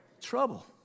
trouble